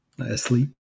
asleep